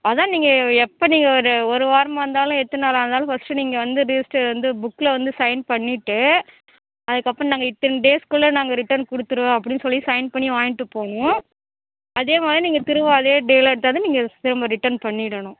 அதான் நீங்கள் எப்போ நீங்கள் ஒரு ஒரு வாரமாக இருந்தாலும் எத்தினி நாளாக இருந்தாலும் ஃபஸ்ட்டு நீங்கள் வந்து ரிஜிஸ்டர் வந்து புக்கில் வந்து சைன் பண்ணிவிட்டு அதுக்கப்புறம் நாங்கள் இத்தனை டேஸுக்குள்ள நாங்கள் ரிட்டர்ன் கொடுத்துடுவேன் அப்படின்னு சொல்லி சைன் பண்ணி வாங்கிட்டு போகணும் அதே மாதிரி நீங்கள் திரும்ப அதே டேவில் எடுத்தாந்து நீங்கள் திரும்ப ரிட்டர்ன் பண்ணிடணும்